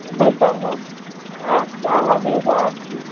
better है क्या hobbies हैं आपकी